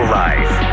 life